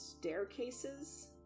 staircases